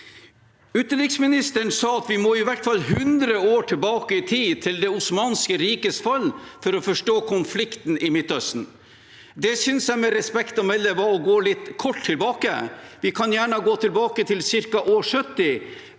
Utenriksministeren sa at vi må i hvert fall 100 år tilbake i tid til det osmanske rikes fold for å forstå konflikten i Midtøsten. Det synes jeg, med respekt å melde, var å gå litt kort tilbake. Vi kan gjerne gå tilbake til ca. år 70,